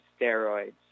steroids